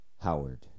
Howard